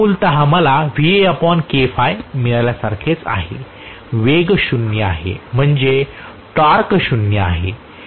तर हे मूलतः मला मिळाल्यासारखेच आहे वेग शून्य आहे म्हणजे टॉर्क शून्य आहे